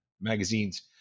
magazine's